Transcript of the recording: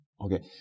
Okay